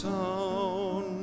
town